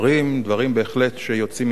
דברים בהחלט שיוצאים מן הלב.